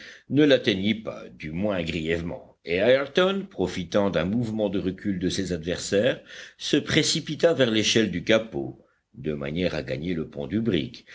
ne l'atteignit pas du moins grièvement et ayrton profitant d'un mouvement de recul de ses adversaires se précipita vers l'échelle du capot de manière à gagner le pont du brick